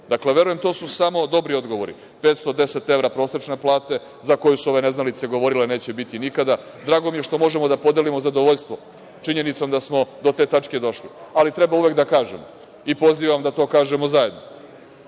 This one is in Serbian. Dakle, verujem, to su samo dobri odgovori, prosečna plata 550 evra za koju su ove neznalice govorili da neće biti nikada. Drago mi je što možemo da podelimo zadovoljstvo činjenicom da smo do te tačke došli, ali treba uvek da kažemo, i pozivam da to kažemo zajedno